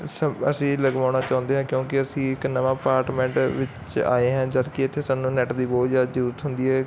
ਅਸੀਂ ਲਗਵਾਉਣਾ ਚਾਹੁੰਦੇ ਆ ਕਿਉਂਕਿ ਅਸੀਂ ਇੱਕ ਨਵਾਂ ਪਾਰਟਮੈਂਟ ਵਿੱਚ ਆਏ ਹਾਂ ਜਦਕਿ ਇੱਥੇ ਸਾਨੂੰ ਨੈੱਟ ਦੀ ਬਹੁਤ ਜਿਆਦਾ ਜਰੁਰਤ ਹੁੰਦੀ ਹੈ